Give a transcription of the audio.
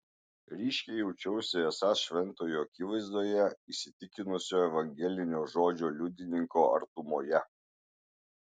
ryškiai jaučiausi esąs šventojo akivaizdoje įsitikinusio evangelinio žodžio liudininko artumoje